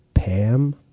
Pam